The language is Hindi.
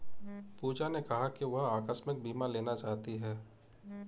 पूजा ने कहा कि वह आकस्मिक बीमा लेना चाहती है